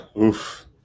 oof